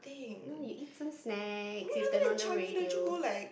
no you eat some snack you turn on the radio